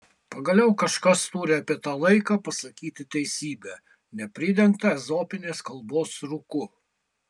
pagaliau kažkas turi apie tą laiką pasakyti teisybę nepridengtą ezopinės kalbos rūku